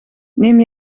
neem